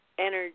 energy